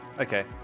Okay